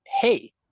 hey